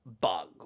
bug